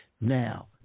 Now